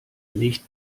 nicht